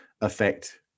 affect